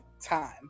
time